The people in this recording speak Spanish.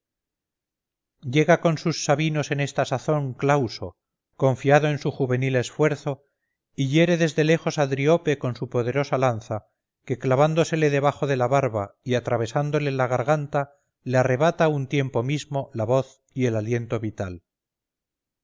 llega con sus sabinos en esta sazón clauso confiado en su juvenil esfuerzo y hiere desde lejos a driope con su poderosa lanza que clavándosele debajo de la barba y atravesándole la garganta le arrebata a un tiempo mismo la voz y el aliento vital